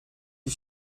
die